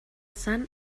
sant